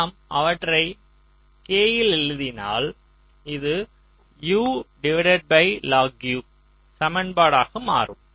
நாம் அவற்றை K யில் எழுதினால் இது சமன்பாடாக மாறும்